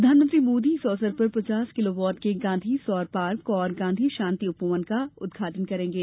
प्रधानमंत्री मोदी इस अवसर पर पचास किलोवाट के गांधी सौर पार्क और गांधी शान्ति उपवन का उदघाटन करेंगे